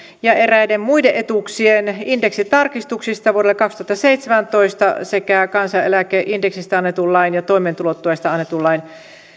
ja eräiden muiden etuuksien indeksitarkistuksista vuodelle kaksituhattaseitsemäntoista sekä kansaneläkeindeksistä annetun lain ja toimeentulotuesta annetun lain